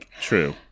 true